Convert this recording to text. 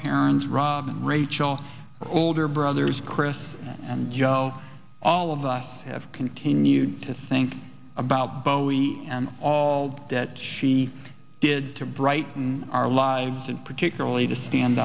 parents rob and rachel older brothers chris and joe all of us have continued to think about bowie and all that she did to brighten our lives and particularly to stand